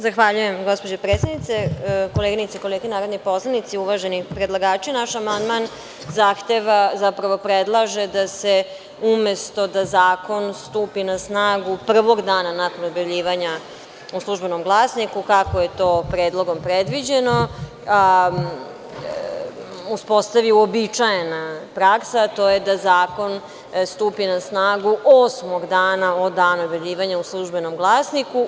Zahvaljujem gospođo predsednice, koleginice i kolege narodni poslanici, uvaženi predlagači, naš amandman zahteva, zapravo predlaže da se umesto da Zakon stupi na snagu prvog dana nakon objavljivanja u „Službenom glasniku“, kako je to predlogom predviđeno, uspostavi se uobičajena praksa, to je da zakon stupi na snagu osmog dana od dana objavljivanja u „Službenom glasniku“